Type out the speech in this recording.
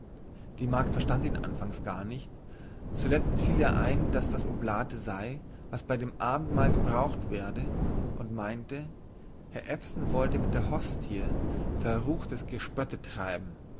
die magd verstand ihn anfangs gar nicht zuletzt fiel ihr ein daß das oblate sei was bei dem abendmahl gebraucht werde und meinte herr ewson wolle mit der hostie verruchtes gespötte treiben